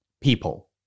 People